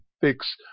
fix